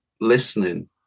listening